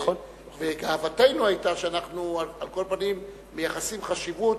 וגאוותנו היתה שאנחנו מייחסים חשיבות,